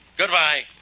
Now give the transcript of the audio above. Goodbye